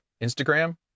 Instagram